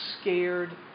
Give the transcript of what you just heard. scared